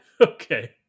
okay